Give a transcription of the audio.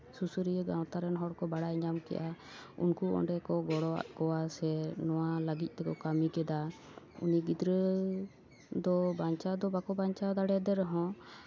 ᱥᱩᱥᱟᱹᱨᱤᱭᱟᱹ ᱜᱟᱶᱛᱟ ᱨᱮᱱ ᱦᱚᱲ ᱠᱚ ᱵᱟᱲᱟᱭ ᱧᱟᱢ ᱠᱮᱫᱟ ᱩᱱᱠᱩ ᱚᱸᱰᱮ ᱠᱚ ᱜᱚᱲᱚ ᱟᱫ ᱠᱚᱣᱟ ᱥᱮ ᱱᱚᱣᱟ ᱞᱟᱹᱜᱤᱫ ᱛᱮᱠᱚ ᱠᱟᱹᱢᱤ ᱠᱮᱫᱟ ᱩᱱᱤ ᱜᱤᱫᱽᱨᱟᱹᱫᱚ ᱵᱟᱧᱪᱟᱣ ᱫᱚ ᱵᱟᱠᱚ ᱵᱟᱧᱪᱟᱣ ᱫᱟᱲᱮ ᱟᱫᱮ ᱨᱮᱦᱚᱸ